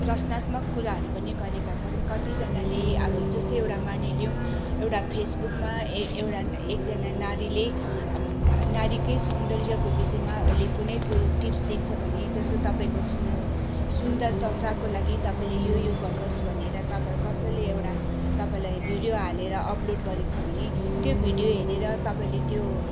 रचनात्मक कुराहरू पनि गरेका छन् कतिजनाले अब जस्तै एउटा मानिलिउँ एउटा फेसबुकमा एउटा एकजना नारीले नारीकै सौन्दर्यको विषयमा उसले कुनै कुरो टिप्स दिन्छभने जस्तो तपाईँको सुन्दर त्वचाको लागि तपाईँले यो यो गर्नुहोस् भनेर तपाईँ कसैले एउटा तपाईँलाई भिडियो हालेर अपलोड गरेको छ भने त्यो भिडियो हेरेर तपाईँले त्यो